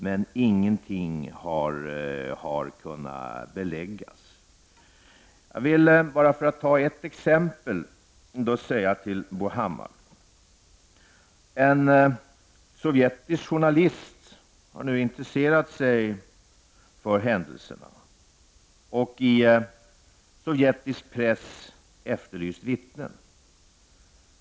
Men ingenting har kunnat beläggas. Jag vill bara för att ta ett exempel säga till Bo Hammar att en sovjetisk journalist nu har intresserat sig för händelserna och i sovjetisk press efterlyst vittnen.